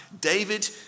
David